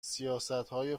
سیاستهای